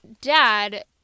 Dad